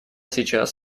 сейчас